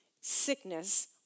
sickness